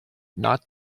not